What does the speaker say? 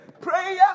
Prayer